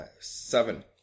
seven